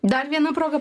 dar viena proga